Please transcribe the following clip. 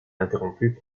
interrompu